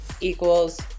equals